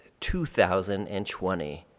2020